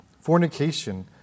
fornication